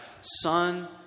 Son